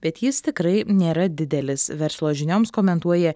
bet jis tikrai nėra didelis verslo žinioms komentuoja